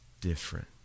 different